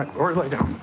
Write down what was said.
or lay down.